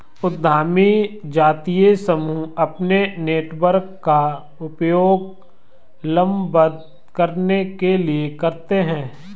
उद्यमी जातीय समूह अपने नेटवर्क का उपयोग लामबंद करने के लिए करते हैं